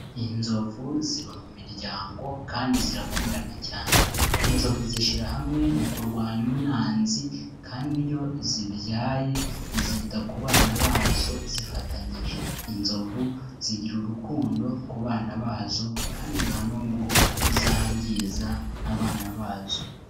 Inzovu ziba mu miryango kandi zirakundana cyane. Inzovu zishyira hamwe mu kurwanya umwanzi, kandi iyo zibyaye zita ku bana bazo zifatanyije. Inzovu zigira urukundo ku bana bazo, kandi nta nubwo zangiza abana bazo.